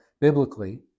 biblically